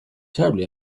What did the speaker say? terribly